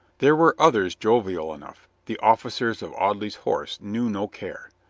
there were others jovial enough. the officers of audley's horse knew no care.